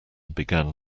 began